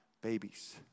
babies